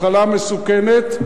מחלה מסוכנת,